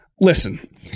listen